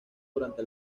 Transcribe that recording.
durante